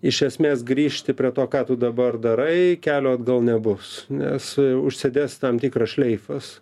iš esmės grįžti prie to ką tu dabar darai kelio atgal nebus nes užsidės tam tikras šleifas